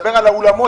אולמות.